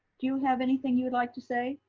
do you have anything you would like to say?